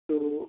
तो